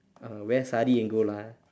uh wear sari and go lah